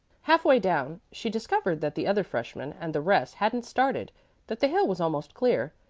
half-way down she discovered that the other freshman and the rest hadn't started that the hill was almost clear.